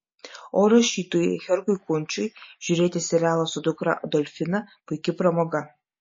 o rašytojui herkui kunčiui žiūrėti serialą su dukra adolfina puiki pramoga